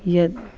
यद्